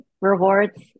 rewards